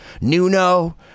Nuno